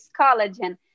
collagen